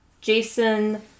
Jason